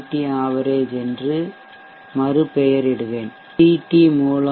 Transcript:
D average என்று மறுபெயரிடுவேன் நான் இங்கே மற்றொரு அலைவடிவப் பகுதியை வரையப் போகிறேன் சி